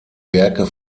werke